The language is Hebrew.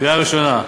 קריאה ראשונה.